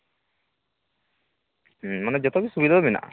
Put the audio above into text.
ᱢᱟᱱᱮ ᱡᱚᱛᱚᱜᱮ ᱥᱩᱵᱤᱫᱟ ᱢᱮᱱᱟᱜᱼᱟ